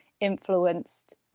influenced